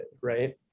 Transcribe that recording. right